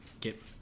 get